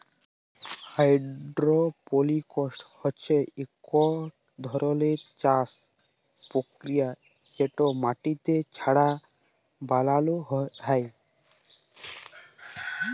hydroponics হছে ইক ধরলের চাষের পরকিরিয়া যেট মাটি ছাড়া বালালো হ্যয়